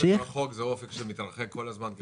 זה אופק רחוק שמתרחק כל הזמן?